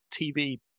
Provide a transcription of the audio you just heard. TV